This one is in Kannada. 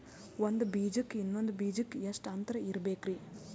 ಒಂದ್ ಬೀಜಕ್ಕ ಇನ್ನೊಂದು ಬೀಜಕ್ಕ ಎಷ್ಟ್ ಅಂತರ ಇರಬೇಕ್ರಿ?